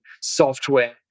software